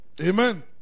Amen